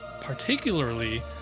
particularly